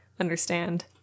understand